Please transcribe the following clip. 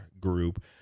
group